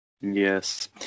Yes